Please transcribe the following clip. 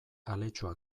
aletxoa